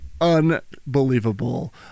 unbelievable